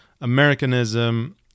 Americanism